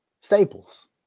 Staples